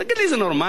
תגיד לי, זה נורמלי?